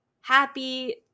happy